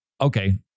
okay